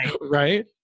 Right